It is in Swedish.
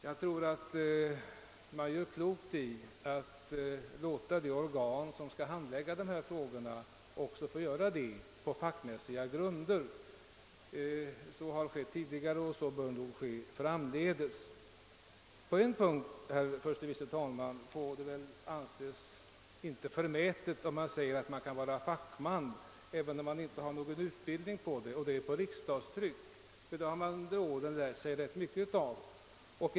Man gör klokt i att låta det organ, som skall handlägga dessa frågor, också få göra det på fackmässiga grunder. Så har gjorts tidigare och så bör nog ske även framdeles. I ett avseende, herr förste vice talman, behöver det väl inte anses förmätet av oss att säga att vi är fackmän, även om vi inte har utbildning för det, nämligen i fråga om riksdagstryck, ty det har vi under årens lopp lärt oss ganska mycket om.